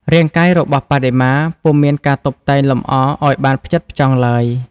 រាងកាយរបស់បដិមា ពុំមានការតុបតែងលម្អឱ្យបានផ្ចិតផ្ចង់ឡើយ។